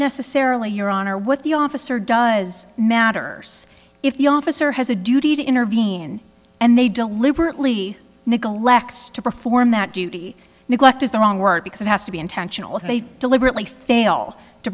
necessarily your honor what the officer does matter if the officer has a duty to intervene and they deliberately neglect to perform that duty neglect is the wrong word because it has to be intentional if they deliberately fail to